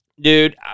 Dude